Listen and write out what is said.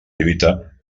lluita